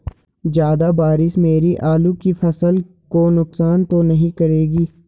ज़्यादा बारिश मेरी आलू की फसल को नुकसान तो नहीं करेगी?